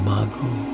Mago